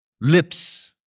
lips